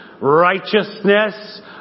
righteousness